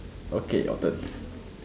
okay your turn